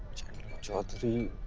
chaudhary?